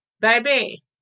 baby